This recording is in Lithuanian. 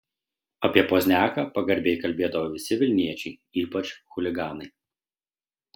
apie pozniaką pagarbiai kalbėdavo visi vilniečiai ypač chuliganai